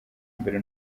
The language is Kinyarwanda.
mbere